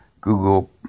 Google